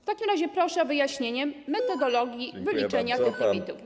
W takim razie proszę o wyjaśnienie metodologii wyliczenia tych limitów.